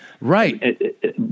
Right